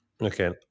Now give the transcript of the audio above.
Okay